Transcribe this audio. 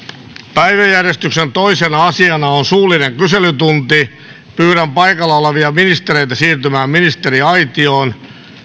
päiväjärjestyksen toisena asiana on suullinen kyselytunti pyydän paikalla olevia ministereitä siirtymään ministeriaitioon